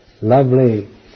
lovely